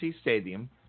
Stadium